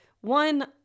one